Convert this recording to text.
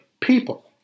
people